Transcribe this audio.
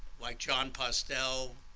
like john postel,